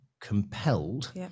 compelled